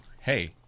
hey